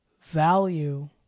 value